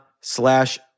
slash